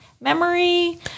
memory